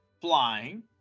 flying